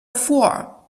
four